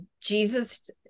Jesus